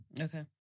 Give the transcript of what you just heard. okay